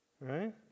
right